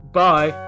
bye